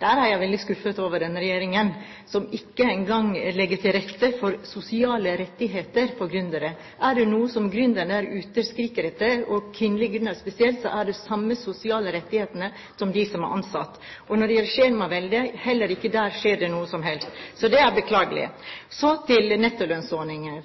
Der er jeg veldig skuffet over denne regjeringen, som ikke engang legger til rette for sosiale rettigheter for gründere. Er det noe gründerne der ute skriker etter, og kvinnelige gründere spesielt, er det de samme sosiale rettighetene som de som er ansatt. Når det gjelder skjemaveldet, skjer det heller ikke der noe som helst. Det er beklagelig. Så til nettolønnsordningen.